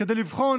כדי לבחון